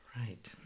Right